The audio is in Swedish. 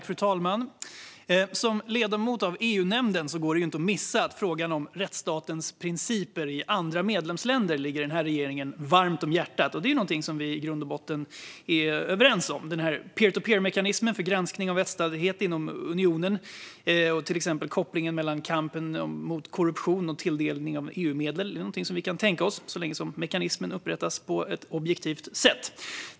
Fru talman! Som ledamot av EU-nämnden går det inte att missa att frågan om rättsstatens principer i andra medlemsländer ligger den här regeringen varmt om hjärtat. Detta är något som vi i grund och botten är överens om. Peer-to-peer-mekanismen för granskning av rättsstatlighet inom unionen och till exempel kopplingen mellan kampen mot korruption och tilldelning av EU-medel är något vi kan tänka oss, så länge mekanismen upprättas på ett objektivt sätt.